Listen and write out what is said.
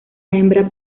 hembra